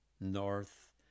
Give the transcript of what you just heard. north